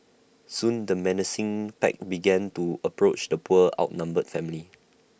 soon the menacing pack began to approach the poor outnumbered family